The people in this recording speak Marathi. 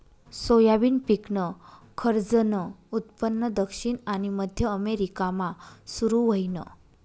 सोयाबीन पिकनं खरंजनं उत्पन्न दक्षिण आनी मध्य अमेरिकामा सुरू व्हयनं